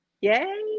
yay